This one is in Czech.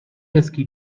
hezký